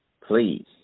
Please